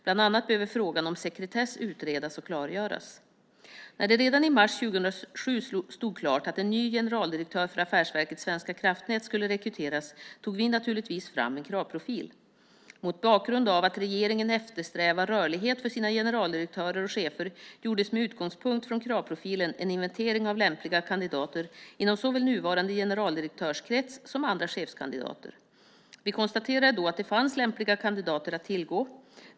Bland annat behöver frågan om sekretess utredas och klargöras. När det redan i mars 2007 stod klart att en ny generaldirektör för Affärsverket svenska kraftnät skulle rekryteras tog vi naturligtvis fram en kravprofil. Mot bakgrund av att regeringen eftersträvar rörlighet för sina generaldirektörer och chefer gjordes med utgångspunkt från kravprofilen en inventering av lämpliga kandidater såväl inom nuvarande generaldirektörskrets som bland andra chefskandidater. Vi konstaterade då att det fanns lämpliga kandidater att tillgå.